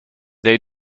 they